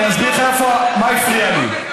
אני אסביר לך מה הפריע לי.